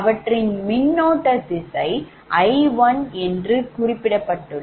அவற்றின் மின்னோட்ட திசை I1 என்று குறிப்பிடப்பட்டுள்ளது